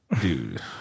Dude